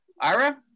Ira